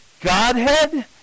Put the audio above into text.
Godhead